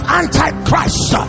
antichrist